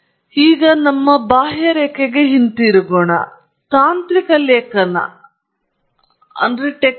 ಆದ್ದರಿಂದ ನಾವು ಈಗ ನಮ್ಮ ಬಾಹ್ಯರೇಖೆಗೆ ಹಿಂದಿರುಗಿದ್ದೇವೆ ತಾಂತ್ರಿಕ ಲೇಖನ ಮತ್ತು ನಿಯತಕಾಲಿಕೆಯ ಲೇಖನವನ್ನು ನೋಡಬೇಕೆಂದು ನಾವು ಬಯಸಿದ ಮೊದಲ ವಿಷಯವನ್ನು ನಾವು ಪೂರ್ಣಗೊಳಿಸಿದ್ದೇವೆ ಎಂದು ನಿಮಗೆ ತೋರಿಸುತ್ತದೆ